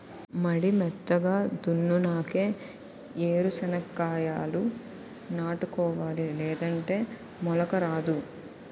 మడి మెత్తగా దున్నునాకే ఏరు సెనక్కాయాలు నాటుకోవాలి లేదంటే మొలక రాదు